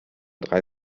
drei